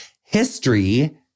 history